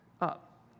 up